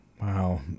Wow